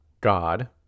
God